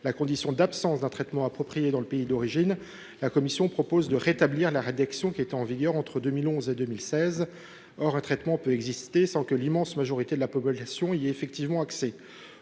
la condition d’une absence de traitement approprié dans le pays d’origine, la commission propose de rétablir le droit en vigueur entre 2011 et 2016. Or un traitement peut exister sans que l’immense majorité de la population y ait effectivement accès.